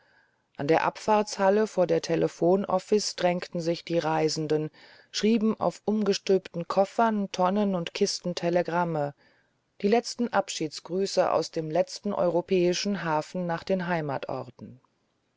an der abfahrtshalle vor der telegraphenoffice drängten sich die reisenden schrieben auf umgestülpten koffern tonnen und kisten telegramme die letzten abschiedsgrüße aus dem letzten europäischen hafen nach den heimatorten